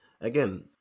again